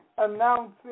announcing